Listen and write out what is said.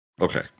Okay